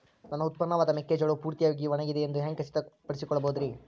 ನನ್ನ ಉತ್ಪನ್ನವಾದ ಮೆಕ್ಕೆಜೋಳವು ಪೂರ್ತಿಯಾಗಿ ಒಣಗಿದೆ ಎಂದು ಹ್ಯಾಂಗ ಖಚಿತ ಪಡಿಸಿಕೊಳ್ಳಬಹುದರೇ?